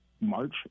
March